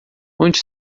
onde